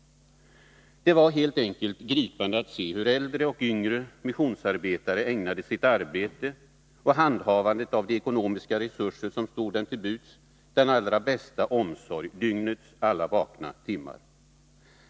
Det var helt enkelt gripande att se hur äldre och yngre missionsarbetare ägnade sitt arbete och handhavande av de ekonomiska resurser som stod dem till buds den allra bästa omsorg under dygnets alla vakna timmar.